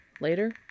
Later